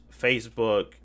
facebook